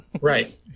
Right